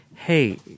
hey